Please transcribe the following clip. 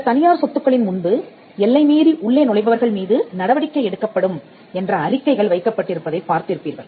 சில தனியார் சொத்துக்களின் முன்பு எல்லை மீறிஉள்ளே நுழைபவர்கள் மீது நடவடிக்கை எடுக்கப்படும் என்ற அறிக்கைகள் வைக்கப்பட்டிருப்பதைப் பார்த்து இருப்பீர்கள்